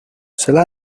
cela